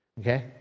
Okay